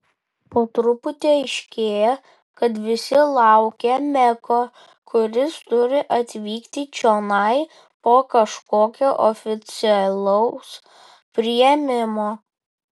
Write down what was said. po truputį aiškėja kad visi laukia meko kuris turi atvykti čionai po kažkokio oficialaus priėmimo